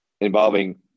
involving